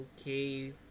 okay